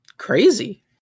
Crazy